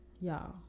Y'all